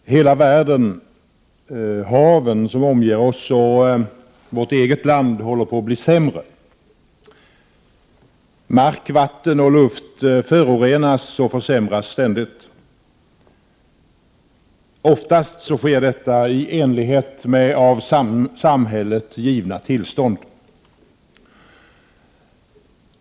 Herr talman! Hela världen, haven som omger oss och vårt eget land håller på att bli sämre. Mark, vatten och luft förorenas och försämras ständigt. Oftast sker detta i enlighet med av samhället givna tillstånd.